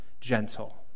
gentle